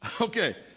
Okay